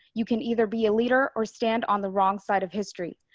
you can either be a leader or stand on the wrong side of history,